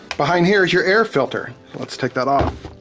behind here is your air filter. let's take that off.